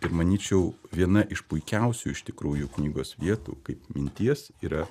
ir manyčiau viena iš puikiausių iš tikrųjų knygos vietų kaip minties yra